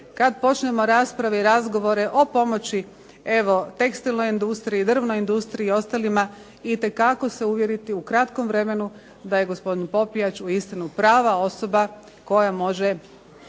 kad počnemo rasprave i razgovore o pomoći evo tekstilnoj industriji, drvnoj industriji i ostalima itekako se uvjeriti u kratkom vremenu da je gospodin Popijač uistinu prava osoba koja može